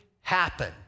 happen